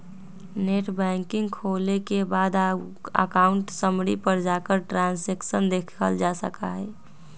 net banking खोले के बाद अकाउंट समरी पर जाकर ट्रांसैक्शन देखलजा सका हई